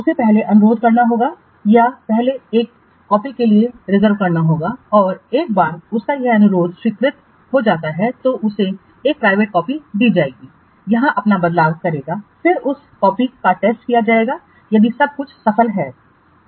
उसे पहले अनुरोध करना होगा या उसे पहले एक कॉपी के लिए रिजर्वकरना होगा और एक बार जब उसका अनुरोध स्वीकृत हो जाता है तो उसे एक प्राइवेट कॉपी दी जाएगी जहां आप बदलाव करेंगे फिर उस कॉपी का टेस्ट किया जाएगा यदि सब कुछ सफल है